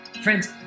Friends